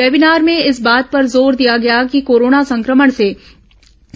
webinar में इस बात पर जोर दिया गया कि कोरोना संक्रमण से